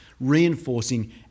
reinforcing